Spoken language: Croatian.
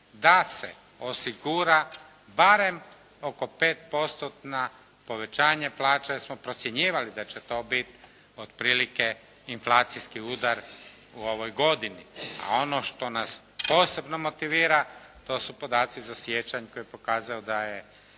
da se osigura barem oko 5%-tno povećanje plaće jer smo procjenjivali da će to biti otprilike inflacijski udar u ovoj godini. A ono što nas posebno motivira, to su podaci za siječanj koji je pokazao da je